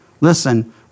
Listen